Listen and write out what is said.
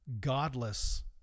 godless